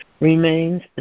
remains